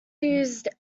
used